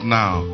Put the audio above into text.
now